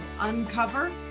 Uncover